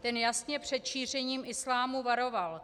Ten jasně před šíření islámu varoval.